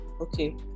okay